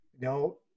No